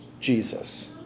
Jesus